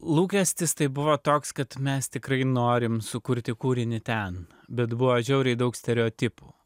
lūkestis tai buvo toks kad mes tikrai norim sukurti kūrinį ten bet buvo žiauriai daug stereotipų